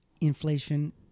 inflation